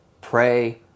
Pray